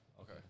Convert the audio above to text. Okay